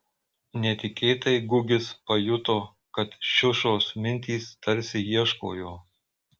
netikėtai gugis pajuto kad šiušos mintys tarsi ieško jo